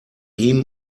ihm